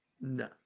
No